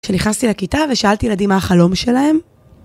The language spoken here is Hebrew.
כשנכנסתי לכיתה ושאלתי ילדים מה החלום שלהם